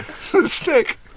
Snake